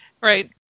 Right